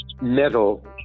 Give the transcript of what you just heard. metal